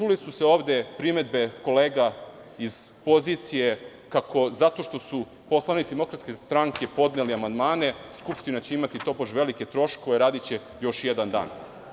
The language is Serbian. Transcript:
Čule su se ovde primedbe kolega iz pozicije kako zato što su poslanici DS podneli amandmane skupština će imati tobož velike troškove radiće još jedan dan.